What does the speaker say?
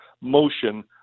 motion